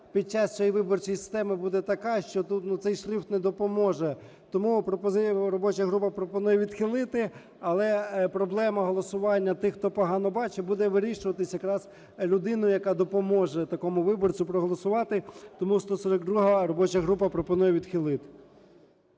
під час цієї виборчої системи буде така, що цей шрифт не допоможе. Тому робоча група пропонує відхилити. Але проблема голосування тих, хто погано бачить, буде вирішуватись якраз людиною, яка допоможе такому виборцю проголосувати. Тому 142-а – робоча група пропонує відхилити.